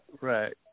Right